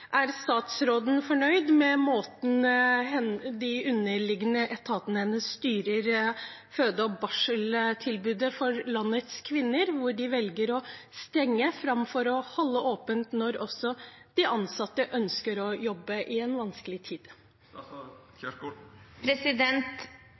Er statsråden fornøyd med måten de underliggende etatene hennes styrer føde- og barseltilbudet for landets kvinner, når de velger å stenge framfor å holde åpent når også de ansatte ønsker å jobbe i en vanskelig tid?